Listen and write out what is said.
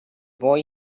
boy